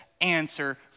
answer